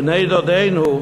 בני-דודינו,